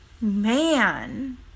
man